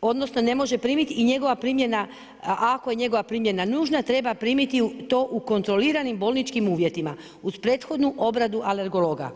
odnosno ne može primiti i njegova primjena, ako je njegova primjena nužna treba primiti to u kontroliranim bolničkim uvjetima uz prethodnu obradu alergologa.